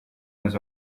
this